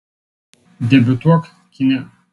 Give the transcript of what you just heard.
debiutuok kine